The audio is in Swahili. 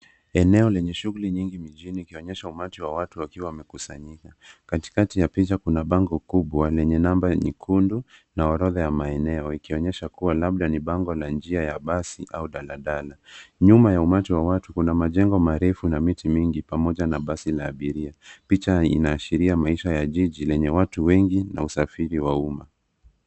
Eneo lenye shughuli nyingi mijini ikionyesha umati wa watu wakiwa wamekusanyika. Katikati ya picha kuna bango kubwa lenye namba nyekundu na orodha ya maeneo ikionyesha kuwa labda ni bango la njia ya basi au daladala. Nyuma ya umati wa watu kuna majengo marefu na miti mingi pamoja na basi la abiria. Picha inaashiria maisha ya jiji lenye watu wengi na usafiri wa umma.